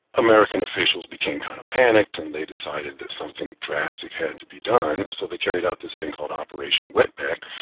american officials became kind of panicked and they decided that something drastic had to be done, so they carried out this thing called operation wetback,